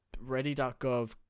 ready.gov